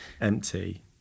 empty